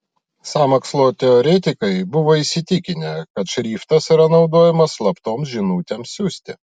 sąmokslo teoretikai buvo įsitikinę kad šriftas yra naudojamas slaptoms žinutėms siųsti